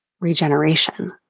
regeneration